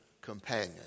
companion